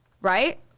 Right